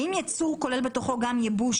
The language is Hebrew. האם ייצור כולל בתוכו גם יבוא?